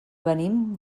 venim